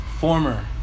Former